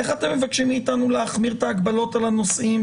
איך אתם מבקשים מאתנו להחמיר את ההגבלות על הנוסעים